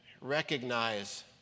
recognize